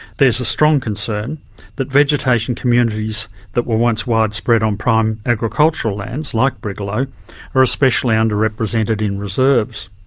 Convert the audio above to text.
there's a strong concern that vegetation communities that were once widespread on prime agricultural lands like brigalow are especially under-represented in reserves.